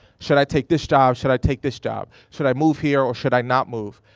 should i take this job, should i take this job? should i move here or should i not move?